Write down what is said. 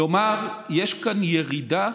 כלומר, יש כאן ירידה,